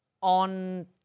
on